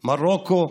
מרוקו,